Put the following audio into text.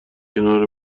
کنار